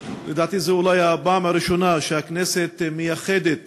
לדעתי, זה אולי הפעם הראשונה שהכנסת מייחדת